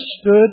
stood